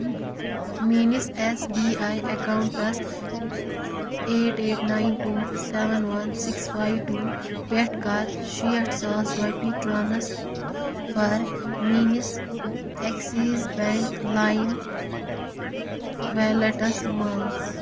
میٛٲنِس S B I اکاونٹَس eight eight nine two seven one six five two پیٚٹھٕ کر شیٹھ ساس رۄپیہِ ٹرٛانسفر میٛٲنِس ایٚکسِس بیٚنٛک لایِم ویلیٹَس مَنٛز